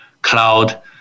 cloud